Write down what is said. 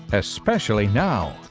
especially now.